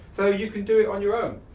so you can do it on your own.